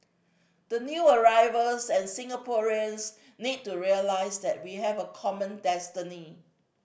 the new arrivals and Singaporeans need to realise that we have a common destiny